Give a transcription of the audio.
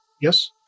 Yes